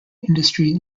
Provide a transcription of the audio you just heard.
industry